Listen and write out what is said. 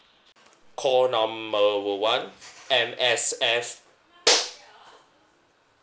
call number o~ one M_S_F